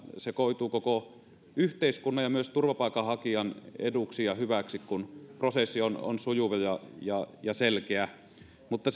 se koituu koko yhteiskunnan ja myös turvapaikanhakijan eduksi ja hyväksi kun prosessi on on sujuva ja ja selkeä mutta